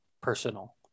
personal